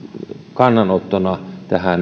kannanottona